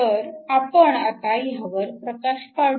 तर आपण आता ह्यावर प्रकाश पाडू